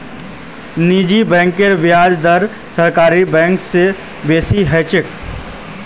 निजी बैंकेर ब्याज दर सरकारी बैंक स बेसी ह छेक